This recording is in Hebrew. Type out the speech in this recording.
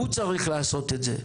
הוא צריך לעשות את זה.